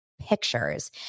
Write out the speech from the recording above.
pictures